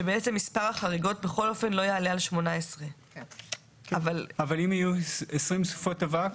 שבעצם מספר החריגות בכל אופן לא יעלה על 18. אבל אם יהיו 20 סופות אבק?